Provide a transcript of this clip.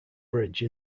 bridge